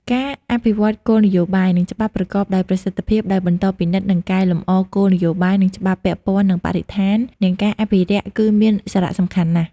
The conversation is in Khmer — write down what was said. ការអភិវឌ្ឍគោលនយោបាយ និងច្បាប់ប្រកបដោយប្រសិទ្ធភាព ដោយបន្តពិនិត្យ និងកែលម្អគោលនយោបាយ និងច្បាប់ពាក់ព័ន្ធនឹងបរិស្ថាន និងការអភិរក្ស គឺមានសារៈសំខាន់ណាស់។